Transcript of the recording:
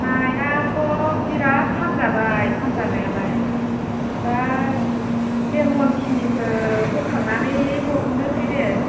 नायाथ' बिराथ फानजाबाय फानजानायालाय दा देरमन खिनिखौ बोखांनानै हरनोसै दे